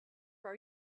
are